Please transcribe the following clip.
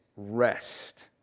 Rest